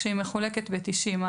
כשהיא מחולקת בתשעים".